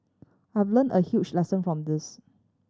I've learnt a huge lesson from this